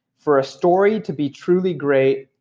for a story to be truly great,